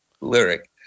lyric